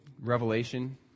Revelation